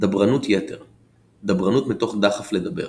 דברנות יתר; דברנות מתוך דחף לדבר